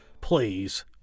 Please